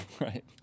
right